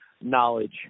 knowledge